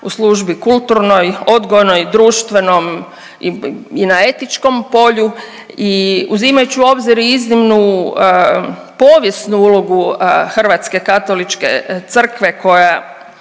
u službi kulturnoj, odgojnoj i društvenom i na etičkom polju i uzimajući u obzir i iznimnu povijesnu ulogu hrvatske Katoličke crkve koja